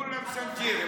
כולם סנג'ירים.